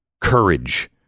courage